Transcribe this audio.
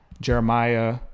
jeremiah